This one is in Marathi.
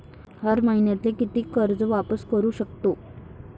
हर मईन्याले कितीक कर्ज वापिस करू सकतो?